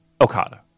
Okada